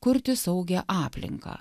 kurti saugią aplinką